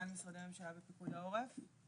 רע"ן משרדי הממשלה בפיקוד העורף.